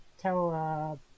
tell